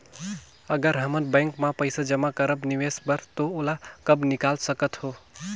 अगर हमन बैंक म पइसा जमा करब निवेश बर तो ओला कब निकाल सकत हो?